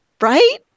right